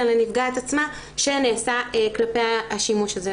לנפגעת עצמה שנעשה כלפי השימוש הזה.